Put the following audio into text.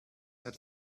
had